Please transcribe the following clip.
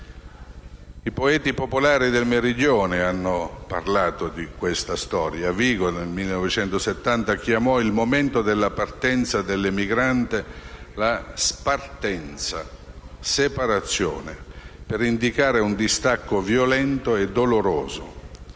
I poeti popolari del Meridione italiano hanno parlato di questa storia e Vigo, nel 1970, chiamò il momento della partenza dell'emigrante «spartenza», ovvero separazione, per indicare un distacco violento e doloroso.